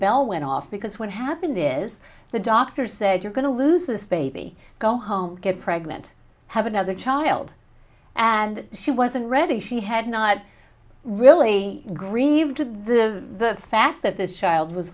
bell went off because what happened is the doctor said you're going to lose this baby go home get pregnant have another child and she wasn't ready she had not really grieved at the fact that this child w